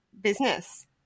business